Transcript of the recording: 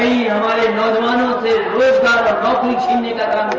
वहीं हमारे नौजवानों से रोजगार और नौकरियां छीनने का काम किया